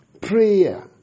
Prayer